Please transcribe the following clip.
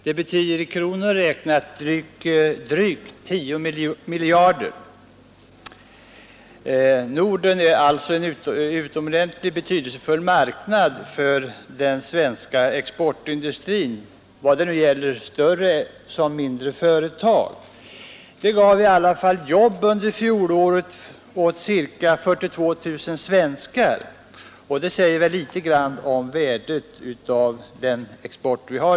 Det betyder i kronor räknat drygt 10 miljarder kronor. Norden är alltså en utomordentligt betydelsefull marknad för den svenska exportindustrin, och det gäller såväl större som mindre företag. Denna export gav i alla fall jobb under fjolåret åt ca 42 000 svenskar, och det säger väl litet grand om dess värde.